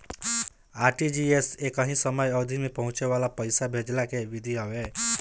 RTGS एकही समय अवधि में पहुंचे वाला पईसा भेजला के विधि हवे